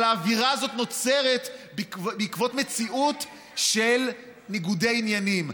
אבל האווירה הזאת נוצרת בעקבות מציאות של ניגודי עניינים.